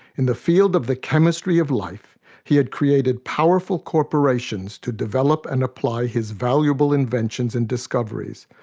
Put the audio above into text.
in the field of the chemistry of life he had created powerful corporations to develop and apply his valuable inventions and discoveries,